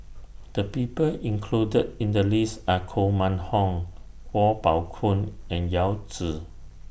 The People included in The list Are Koh Mun Hong Kuo Pao Kun and Yao Zi